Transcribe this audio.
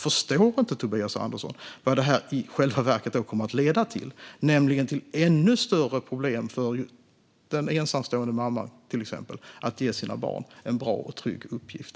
Förstår inte Tobias Andersson vad det i själva verket skulle leda till, nämligen till ännu större problem för den ensamstående mamman, till exempel, att ge sina barn en bra och trygg uppväxt?